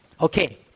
Okay